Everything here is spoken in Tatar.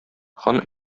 хан